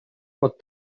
pot